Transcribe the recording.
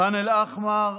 ח'אן אל-אחמר,